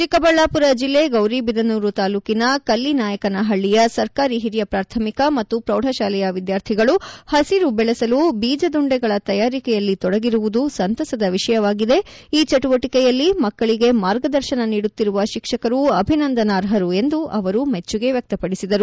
ಚಿಕ್ಕಬಳ್ಳಾಪುರ ಜಿಲ್ಲೆ ಗೌರಿಬಿದನೂರು ತಾಲೂಕಿನ ಕಲ್ಲಿನಾಯಕನಹಳ್ಳಿಯ ಸರ್ಕಾರಿ ಹಿರಿಯ ಪ್ರಾಥಮಿಕ ಮತ್ತು ಪ್ರೌಢಶಾಲೆಯ ವಿದ್ಯಾರ್ಥಿಗಳು ಹಸಿರು ಬೆಳೆಸಲು ಬೀಜದುಂಡೆಗಳ ತಯಾರಿಕೆಯಲ್ಲಿ ತೊಡಗಿರುವುದು ಸಂತಸದ ವಿಷಯವಾಗಿದೆ ಈ ಚಟುವಟಿಕೆಯಲ್ಲಿ ಮಕ್ಕಳಿಗೆ ಮಾರ್ಗದರ್ಶನ ನೀಡುತ್ತಿರುವ ಶಿಕ್ಷಕರು ಅಭಿನಂದನಾರ್ಹರು ಎಂದು ಅವರು ಮೆಚ್ಚುಗೆ ವ್ಯಕ್ತಪಡಿಸಿದರು